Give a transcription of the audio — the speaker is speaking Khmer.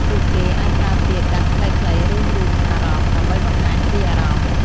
ពួកគេអាចប្រើពាក្យកាត់ខ្លីៗ ឬរូបអារម្មណ៍ ដើម្បីបង្ហាញពីអារម្មណ៍។